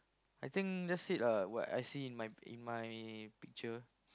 I think that's it ah what I see in my in my picture